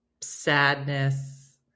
sadness